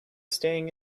staying